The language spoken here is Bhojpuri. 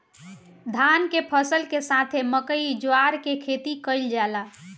धान के फसल के साथे मकई, जवार के खेती कईल जाला